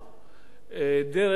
דרך מתן